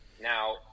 Now